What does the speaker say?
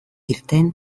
irten